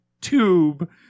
tube